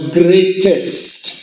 greatest